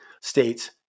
states